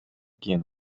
кийин